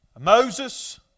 Moses